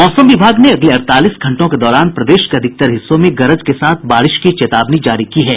मौसम विभाग ने अगले अड़तालीस घंटों के दौरान प्रदेश के अधिकतर हिस्सों में गरज के साथ बारिश की चेतावनी जारी की है